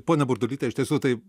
ponia burdulyte iš tiesų tai